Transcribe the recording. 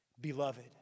beloved